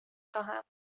خواهم